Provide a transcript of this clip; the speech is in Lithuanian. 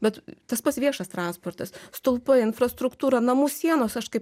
bet tas pats viešas transportas stulpai infrastruktūra namų sienos aš kaip